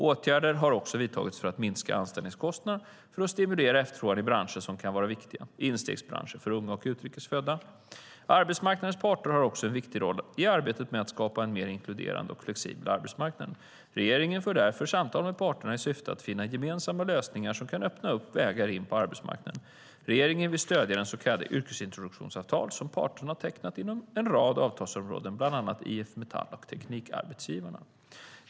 Åtgärder har också vidtagits för att minska anställningskostnaderna och för att stimulera efterfrågan i branscher som kan vara viktiga instegsbranscher för unga och utrikes födda. Arbetsmarknadens parter har också en viktig roll i arbetet med att skapa en mer inkluderande och flexibel arbetsmarknad. Regeringen för därför samtal med parterna i syfte att finna gemensamma lösningar som kan öppna upp vägar in på arbetsmarknaden. Regeringen vill stödja de så kallade yrkesintroduktionsavtalen som parterna tecknat inom en rad avtalsområden, bland annat IF Metall och Teknikarbetsgivarna.